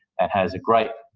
and has a great